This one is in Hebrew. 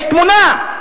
יש תמונה,